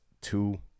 two